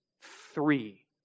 three